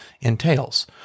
entails